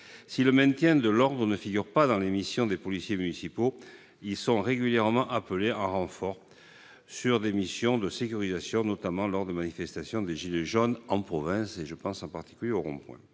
Si le maintien de l'ordre ne figure pas dans les missions des policiers municipaux, ceux-ci sont régulièrement appelés en renfort sur des opérations de sécurisation, notamment lors de manifestations des « gilets jaunes » en province, en particulier sur les ronds-points.